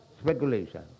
speculation